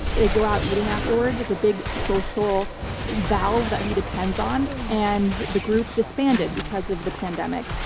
they go out eating afterwards. it's a big social valve that he depends on and the group disbanded because of the pandemic.